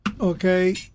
Okay